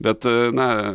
bet na